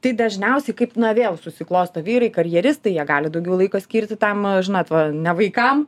tai dažniausiai kaip na vėl susiklosto vyrai karjeristai jie gali daugiau laiko skirti tam žinot va ne vaikam